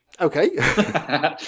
okay